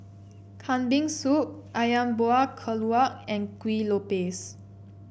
Kambing Soup ayam Buah Keluak and Kuih Lopes